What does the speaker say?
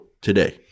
today